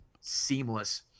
seamless